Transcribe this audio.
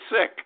sick